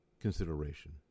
consideration